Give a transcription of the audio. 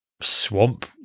swamp